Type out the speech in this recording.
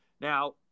Now